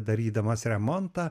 darydamas remontą